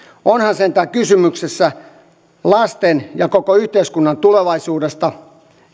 onhan sentään kysymys lasten ja koko yhteiskunnan tulevaisuudesta